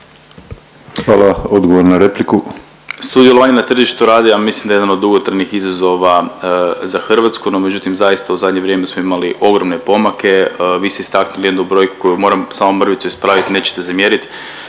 prvo odgovor na repliku,